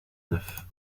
neuf